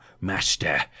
master